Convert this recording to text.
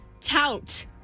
Tout